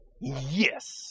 Yes